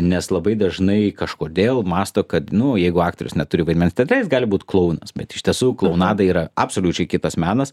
nes labai dažnai kažkodėl mąsto kad nu jeigu aktorius neturi vaidmens tada jis gali būt klounas bet iš tiesų klounada yra absoliučiai kitas menas